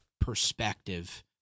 perspective